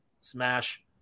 smash